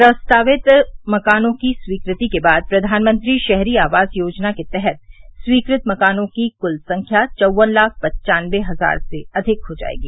प्रस्तावित मकानों की स्वीकृति के बाद प्रधानमंत्री शहरी आवास योजना के तहत स्वीकृत मकानों की कुल संख्या चौवन लाख पन्वानबे हजार से अधिक हो जाएगी